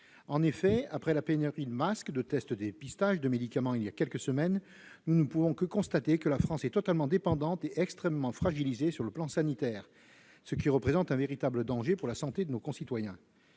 En effet, après la pénurie de masques, de tests de dépistage et de médicaments il y a quelques semaines, nous ne pouvons que constater que la France est totalement dépendante et extrêmement fragilisée sur le plan sanitaire, ce qui représente un véritable danger pour la santé de nos concitoyens.